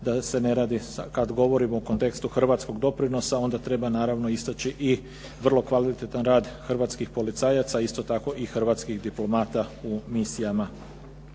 da se ne radi kada govorimo u kontekstu hrvatskog doprinosa, onda treba naravno istaći i vrlo kvalitetan rad hrvatskih policajaca isto tako i hrvatskih diplomata u misijama